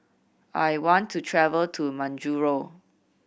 I want to travel to Majuro